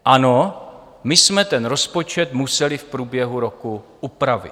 Ano, my jsme ten rozpočet museli v průběhu roku upravit.